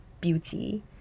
beauty